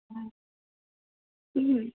হয়